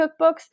cookbooks